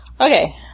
Okay